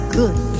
good